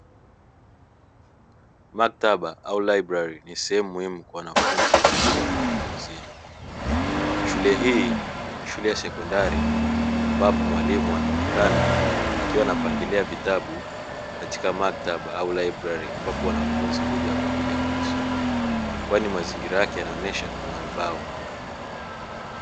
Maktaba au laibrari ni sehemu muhimu kwa wanafunzi kwa ajili ya kujifunza, shule hii ni shule ya sekondari ambapo mwalimu anaonekana akiwa anapangilia vitabu katika maktaba au librari ambapo wanafunzi huja kwa ajili ya kujisomea, kwani mazingira yake yanaonyesha kuna ubao.